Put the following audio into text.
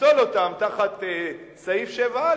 לפסול אותם תחת סעיף 7א,